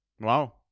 Wow